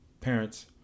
parents